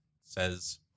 Says